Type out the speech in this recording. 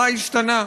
מה השתנה?